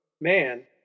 Man